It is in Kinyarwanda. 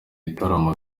gitaramo